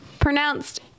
pronounced